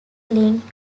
linked